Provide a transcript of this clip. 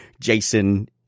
Jason